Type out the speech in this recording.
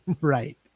right